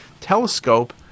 telescope